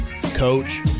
Coach